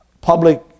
public